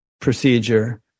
procedure